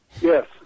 Yes